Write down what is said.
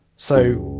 so